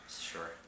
Sure